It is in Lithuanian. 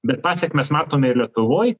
bet pasekmes matome ir lietuvoj